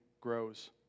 grows